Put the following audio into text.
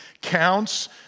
counts